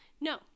No